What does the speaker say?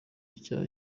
cyaha